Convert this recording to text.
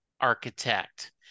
architect